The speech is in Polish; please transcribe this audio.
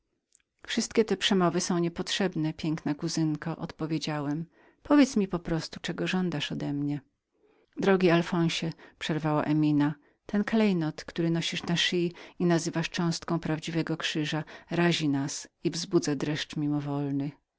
wszystkie te przemowy są niepotrzebne piękna kuzynko odpowiedziałem powiedz mi po prostu czego żądasz odemnie drogi alfonsie przerwała emina ten klejnot który nosisz na szyi i nazywasz cząstką prawdziwego krzyża razi nas i wzbudza